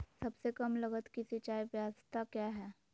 सबसे कम लगत की सिंचाई ब्यास्ता क्या है?